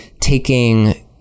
taking